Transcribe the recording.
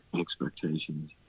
expectations